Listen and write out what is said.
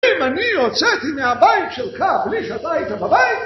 אם אני יוצאתי מהבית שלך בלי שאתה היית בבית